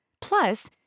Plus